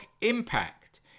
impact